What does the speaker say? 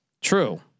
True